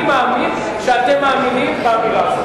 אני מאמין שאתם מאמינים באמירה הזאת.